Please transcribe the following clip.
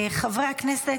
חברי הכנסת,